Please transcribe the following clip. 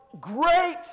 great